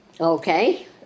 okay